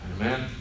amen